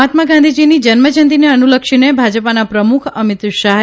મહાત્મા ગાંધીજીની જન્મજયંતીને અનુલક્ષીને ભાજી ાના પ્રમુખ અમિત શાહે